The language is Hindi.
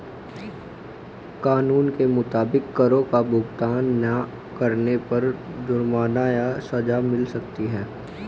कानून के मुताबिक, करो का भुगतान ना करने पर जुर्माना या सज़ा मिल सकती है